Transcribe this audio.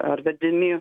ar vedami